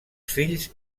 fills